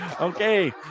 Okay